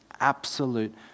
absolute